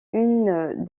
une